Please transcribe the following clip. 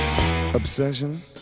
obsession